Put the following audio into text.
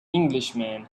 englishman